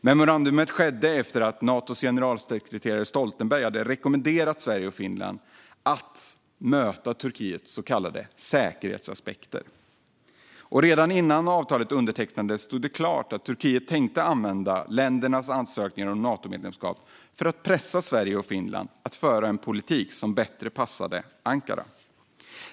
Memorandumet kom till efter att Natos generalsekreterare Stoltenberg hade rekommenderat Sverige och Finland att möta Turkiets så kallade säkerhetsaspekter. Redan innan avtalet undertecknades stod det klart att Turkiet tänkte använda ländernas ansökningar om Natomedlemskap för att pressa Sverige och Finland att föra en politik som passade Ankara bättre.